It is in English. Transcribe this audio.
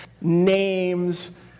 names